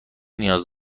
نیاز